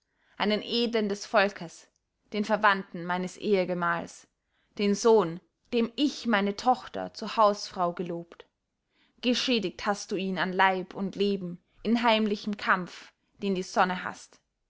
einen edlen des volkes den verwandten meines ehegemahls den sohn dem ich meine tochter zur hausfrau gelobt geschädigt hast du ihn an leib und leben in heimlichem kampf den die sonne haßt